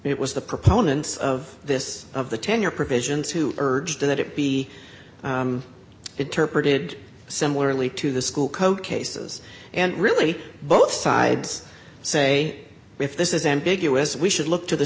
it was the proponents of this of the tenure provisions who urged that it be interpreted similarly to the school coach cases and really both sides say if this is ambiguous we should look to the